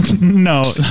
No